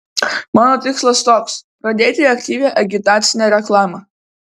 mano tikslas toks pradėti aktyvią agitacinę reklamą